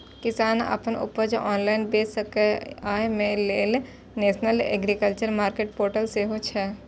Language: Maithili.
किसान अपन उपज ऑनलाइन बेच सकै, अय लेल नेशनल एग्रीकल्चर मार्केट पोर्टल सेहो छै